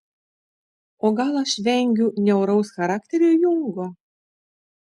o gal aš vengiu niauraus charakterio jungo